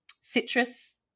citrus